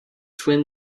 twin